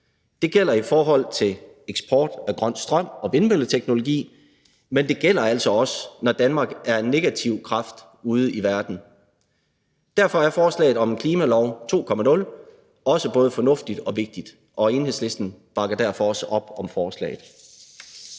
Det gælder i forhold til eksport af grøn strøm og vindmølleteknologi, men det gælder altså også, når Danmark er en negativ kraft ude i verden. Derfor er forslaget om en klimalov 2.0 også både fornuftigt og vigtigt, og Enhedslisten bakker derfor også op om forslaget.